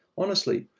honestly.